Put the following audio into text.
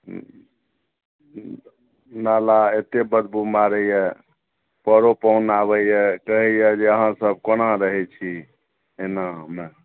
ने जेबही हम नहि जएब नाला एते बदबू मारैयए परो पाहुन आबैयए कहैयए जे अहाँ सब कोना रहै छी एनामे